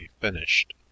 finished